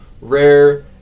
rare